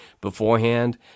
beforehand